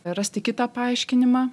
rasti kitą paaiškinimą